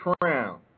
crown